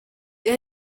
iyo